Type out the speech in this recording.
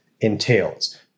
entails